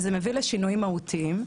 וזה מביא לשינויים מהותיים.